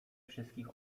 wszystkich